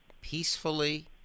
peacefully